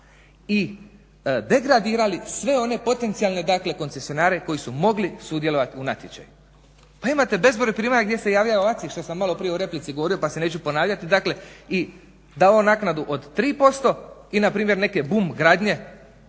i degradirali sve one potencijalne dakle koncesionare koji su mogli sudjelovati u natječaju. Pa imate bezbroj primjera gdje …/Ne razumije se./… što sam maloprije u replici govorio, pa se neću ponavljati, dakle i davao naknadu od 3%, i npr. neke bum gradnje,